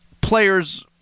players